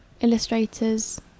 illustrator's